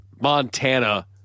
Montana